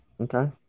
Okay